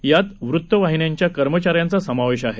यात वृतवाहिन्यांच्या कर्मचाऱ्यांचा समावेश आहे